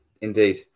indeed